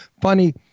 funny